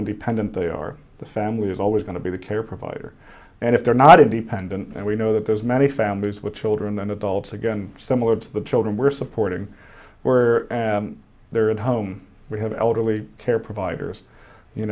independent they are the family is always going to be the care provider and if they're not independent and we know that there's many families with children and adults again similar to the children we're supporting where they're at home we have elderly care providers you